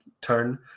turn